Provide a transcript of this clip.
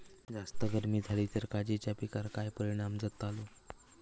जास्त गर्मी जाली तर काजीच्या पीकार काय परिणाम जतालो?